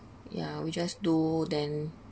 ya we just do then